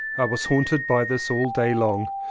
i was haunted by this all day long.